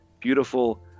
beautiful